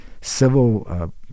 civil